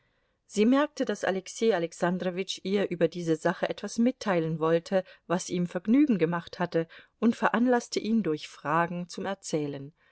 sie merkte daß alexei alexandrowitsch ihr über diese sache etwas mitteilen wollte was ihm vergnügen gemacht hatte und veranlaßte ihn durch fragen zum erzählen